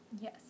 Yes